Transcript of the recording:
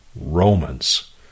Romans